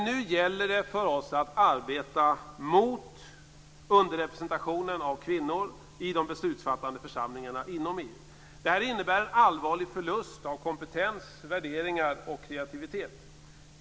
Nu gäller det för oss att arbeta mot underrepresentationen av kvinnor i de beslutsfattande församlingarna inom EU. Den innebär en allvarlig förlust av kompetens, värderingar och kreativitet.